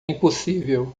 impossível